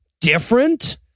different